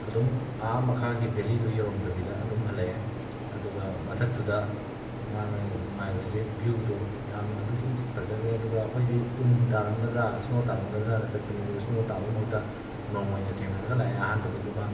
ꯑꯗꯨꯝ ꯑꯥ ꯃꯈꯥꯒꯤ ꯕꯦꯂꯤꯗꯨ ꯌꯧꯔꯝꯗꯕꯤꯗ ꯑꯗꯨꯝ ꯍꯜꯂꯛꯑꯦ ꯑꯗꯨꯒ ꯃꯊꯛꯇꯨꯗ ꯃꯥꯅ ꯅꯨꯡꯉꯥꯏꯕꯁꯤ ꯕ꯭ꯌꯨꯗꯣ ꯌꯥꯝꯅ ꯑꯗꯨꯛꯀꯤ ꯃꯇꯤꯛ ꯐꯖꯈ꯭ꯔꯦ ꯑꯗꯨꯒ ꯑꯩꯈꯣꯏꯗꯤ ꯎꯟ ꯇꯥꯔꯝꯒꯗ꯭ꯔꯥ ꯁ꯭ꯅꯣ ꯇꯥꯔꯝꯒꯗ꯭ꯔꯅ ꯆꯠꯄꯅꯤ ꯑꯗꯨ ꯁ꯭ꯅꯣ ꯇꯥꯕꯩ ꯃꯍꯨꯠꯇ ꯅꯣꯡ ꯑꯣꯏꯅ ꯊꯦꯡꯅꯔꯒ ꯂꯥꯛꯑꯦ ꯑꯍꯥꯟꯕꯒꯤꯗꯨꯃ